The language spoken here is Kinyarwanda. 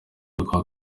byiza